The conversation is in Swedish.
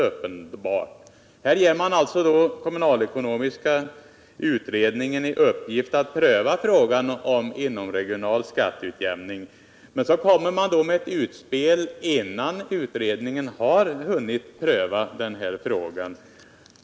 Här ger man alltså den kommunalekonomiska utredningen i uppdrag att pröva frågan om inomregional skatteutjämning, men så kommer man med ett utspel, innan utredningen har hunnit pröva frågan.